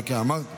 כן, כן, אמרתי.